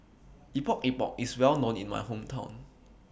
Epok Epok IS Well known in My Hometown